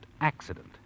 accident